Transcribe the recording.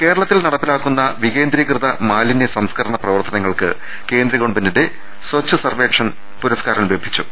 കേരളത്തിൽ നടപ്പിലാക്കുന്ന വികേന്ദ്രീകൃത മാലിന്യ സംസ്ക്ക രണ പ്രവർത്തനങ്ങൾക്ക് കേന്ദ്ര ഗവൺമെന്റിന്റെ സ്വച്ച് സർവ്വേക്ഷൺ പുരസ്കാരം ലഭിച്ചു